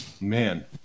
man